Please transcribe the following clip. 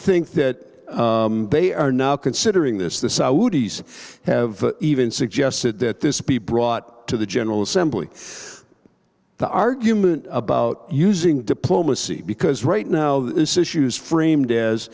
think that they are now considering this the saudis have even suggested that this be brought to the general assembly the argument about using diplomacy because right now this issue's framed as